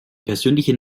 persönliche